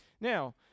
Now